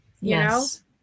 Yes